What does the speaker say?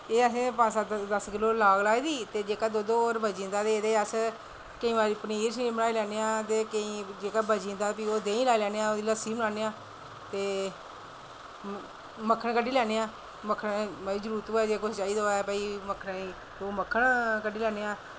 ते एह् असें पंज सत्त दस्स किलो लाग लाई दी ते जेह्का दुद्ध होर बची जंदा ते एह्दे अस केईं बारी पनीर बनाई लैन्ने ते केईं जेह्का बची जंदा ते देहीं लाई लैन्ने आं ते ओह्दी लस्सी बनाने आं ते मक्खन कड्ढी लैन्ने आं ते मक्खन दी कुसै जरूरत होऐ ते कुसै चाही दा होऐ भाई ते ओह् मक्खन कड्ढी लैन्ने आं